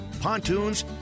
pontoons